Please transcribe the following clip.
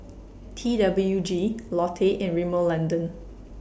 T W G Lotte and Rimmel London